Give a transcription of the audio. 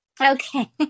Okay